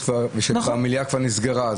כשהמליאה כבר נסגרה,